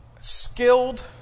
skilled